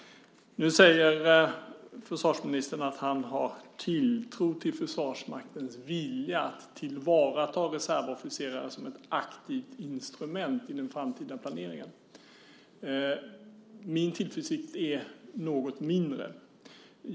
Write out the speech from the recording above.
Nu säger försvarsministern att han har tilltro till Försvarsmaktens vilja att tillvarata reservofficerare som ett aktivt instrument i den framtida planeringen. Min tillförsikt är något mindre.